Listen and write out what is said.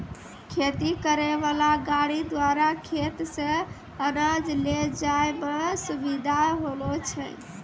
खेती करै वाला गाड़ी द्वारा खेत से अनाज ले जाय मे सुबिधा होलो छै